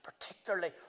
particularly